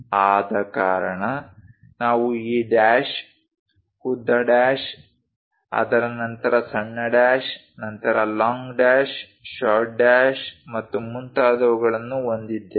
ಆದ ಕಾರಣ ನಾವು ಈ ಡ್ಯಾಶ್ ಉದ್ದ ಡ್ಯಾಶ್ ಅದರ ನಂತರ ಸಣ್ಣ ಡ್ಯಾಶ್ ನಂತರ ಲಾಂಗ್ ಡ್ಯಾಶ್ ಶಾರ್ಟ್ ಡ್ಯಾಶ್ ಮತ್ತು ಮುಂತಾದವುಗಳನ್ನು ಹೊಂದಿದ್ದೇವೆ